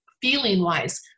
feeling-wise